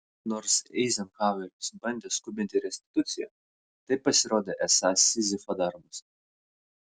nors eizenhaueris bandė skubinti restituciją tai pasirodė esąs sizifo darbas